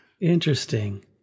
Interesting